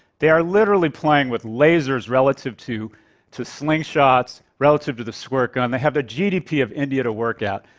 they are literally playing with lasers relative to to slingshots, relative to the squirt gun. they have the gdp of india to work at.